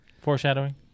Foreshadowing